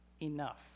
enough